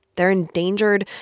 they're endangered,